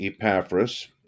Epaphras